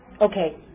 okay